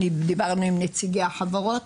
דיברנו עם נציגי החברות,